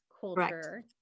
culture